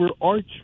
arch